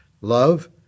love